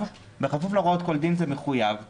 בכפוף להוראות כל דין זה מחויב,